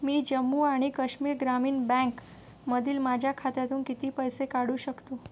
मी जम्मू आणि कश्मीर ग्रामीण बँक मधील माझ्या खात्यातून किती पैसे काढू शकतो